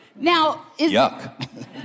Yuck